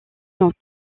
long